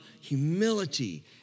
humility